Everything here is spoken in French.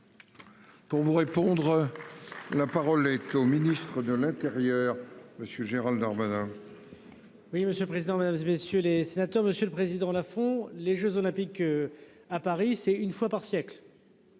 Pour vous répondre. La parole est au Ministre de l'Intérieur monsieur Gérald Darmanin.-- Oui, monsieur le président, Mesdames, et messieurs les sénateurs, Monsieur le Président la font les Jeux olympiques. À Paris, c'est une fois par siècle.--